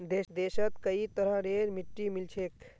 देशत कई तरहरेर मिट्टी मिल छेक